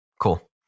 Cool